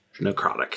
Necrotic